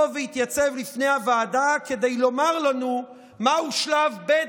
ויתייצב לפני הוועדה כדי לומר לנו מה הוא שלב ב',